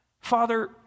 Father